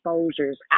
exposures